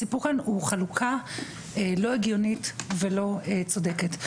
הסיפור כאן הוא חלוקה לא הגיונית ולא צודקת.